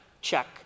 check